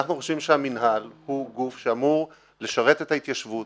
אנחנו חושבים שהמינהל הוא גוף שאמור לשרת את ההתיישבות,